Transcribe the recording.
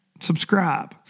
Subscribe